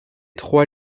trois